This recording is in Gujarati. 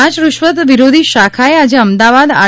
લાંચ રૂશ્વત વિરોધી શાખાએ આજે અમદાવાદ આર